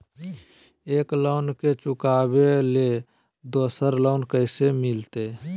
एक लोन के चुकाबे ले दोसर लोन कैसे मिलते?